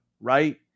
right